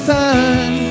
time